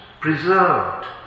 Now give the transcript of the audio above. preserved